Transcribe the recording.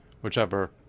whichever